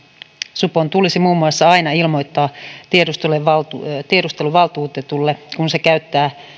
supon tulisi muun muassa aina ilmoittaa tiedusteluvaltuutetulle tiedusteluvaltuutetulle kun se käyttää